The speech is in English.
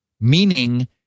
meaning